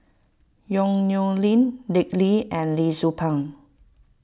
Yong Nyuk Lin Dick Lee and Lee Tzu Pheng